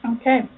Okay